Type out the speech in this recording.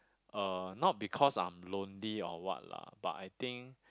uh not because I am lonely or what lah but I think